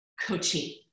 coaching